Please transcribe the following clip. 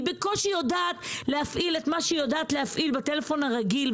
היא בקושי יודעת להפעיל את מה שהיא יודעת להפעיל בטלפון הרגיל,